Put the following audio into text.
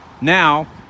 Now